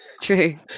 True